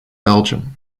belgium